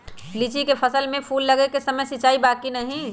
लीची के फसल में फूल लगे के समय सिंचाई बा कि नही?